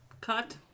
cut